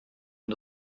und